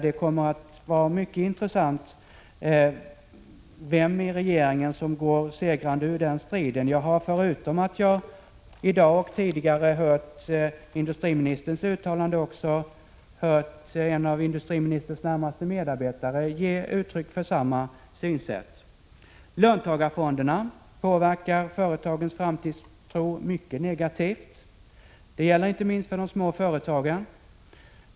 Det kommer att bli mycket intressant att se vem i regeringen som går segrande ur den striden. Förutom att jag tidigare i dag hört industriministerns uttalande har jag hört en av industriministerns närmaste medarbetare ge uttryck för samma synsätt. Löntagarfonderna påverkar företagens framtidstro mycket negativt — och det gäller inte minst de små företagen.